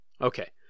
okay